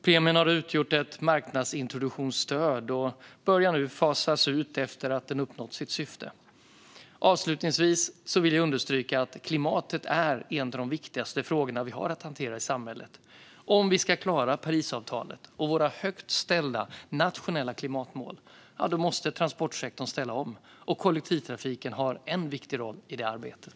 Premien har utgjort ett marknadsintroduktionsstöd och börjar nu att fasas ut efter att den uppnått sitt syfte. Avslutningsvis vill jag understryka att klimatet är en av de viktigaste frågor vi har att hantera i samhället. Om vi ska klara Parisavtalet och våra högt ställda nationella klimatmål måste transportsektorn ställa om, och kollektivtrafiken har en viktig roll i det arbetet.